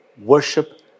worship